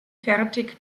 fertig